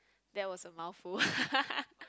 that was a mouthful